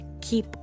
keep